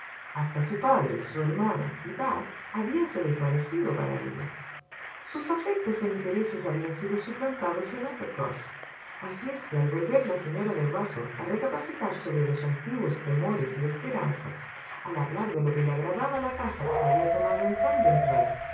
hasta su padre su hermana y bath habíanse desvanecido para ella sus afectos e intereses habían sido suplantados en uppercross así es que al volver la señora de rusell a recapacitar sobre los antiguos temores y esperanzas al hablar de lo que le agradaba la casa que se había tomado en